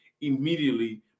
immediately